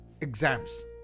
exams